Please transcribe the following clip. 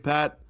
Pat